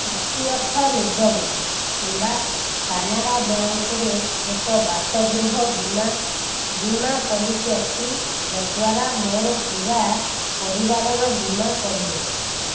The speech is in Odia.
ଶକ୍ତି ଅର୍ଥ ନିଗମ କିମ୍ବା କାନାରା ବ୍ୟାଙ୍କରେ ଏକ ବାସଗୃହ ବୀମା ବୀମା ପଲିସି ଅଛି କି ଯଦ୍ଵାରା ମୋର ପୂରା ପରିବାରର ବୀମା କରିହେବ